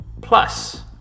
Plus